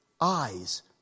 eyes